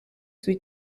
sui